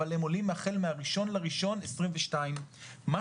אבל הם עולים החל מהאחד בינואר 22'. מה